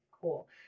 cool